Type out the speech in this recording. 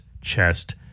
chest